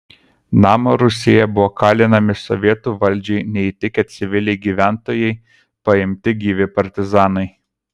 namo rūsyje buvo kalinami sovietų valdžiai neįtikę civiliai gyventojai paimti gyvi partizanai